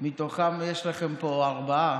מתוכם יש לכם פה ארבעה,